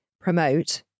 promote